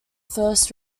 first